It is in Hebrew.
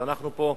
אז אנחנו פה,